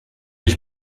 ich